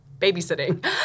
babysitting